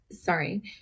sorry